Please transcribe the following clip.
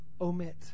omit